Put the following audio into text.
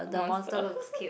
monster